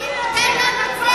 המיתאר של היישובים שלנו.